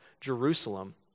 Jerusalem